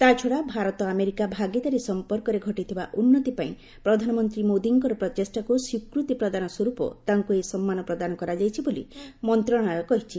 ତାଛଡ଼ା ଭାରତ ଆମେରିକା ଭାଗିଦାରୀ ସମ୍ପର୍କରେ ଘଟିଥିବା ଉନ୍ନତି ପାଇଁ ପ୍ରଧାନମନ୍ତ୍ରୀ ମୋଦୀଙ୍କର ପ୍ରଚେଷ୍ଟାକୁ ସ୍ୱୀକୃତି ପ୍ରଦାନ ସ୍ୱରୂପ ତାଙ୍କୁ ଏହି ସମ୍ମାନ ପ୍ରଦାନ କରାଯାଇଛି ବୋଲି ମନ୍ତ୍ରଣାଳୟ କହିଛି